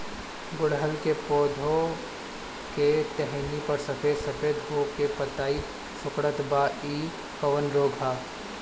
गुड़हल के पधौ के टहनियाँ पर सफेद सफेद हो के पतईया सुकुड़त बा इ कवन रोग ह?